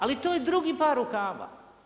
Ali to je drugi par rukava.